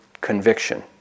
conviction